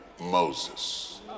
Moses